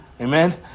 Amen